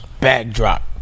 Backdrop